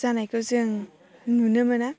जानायखौ जों नुनो मोना